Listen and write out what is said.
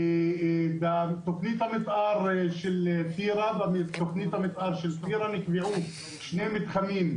בתכנית המיתאר של טירה נקבעו שני מיתחמים,